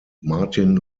martin